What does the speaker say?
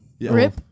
Rip